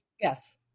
Yes